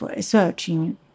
searching